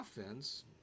offense